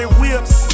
whips